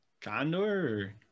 condor